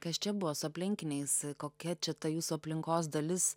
kas čia buvo su aplinkiniais e kokia čia ta jūsų aplinkos dalis